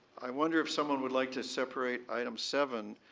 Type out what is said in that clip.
i wonder if someone would like to separate item seven